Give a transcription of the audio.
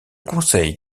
conseil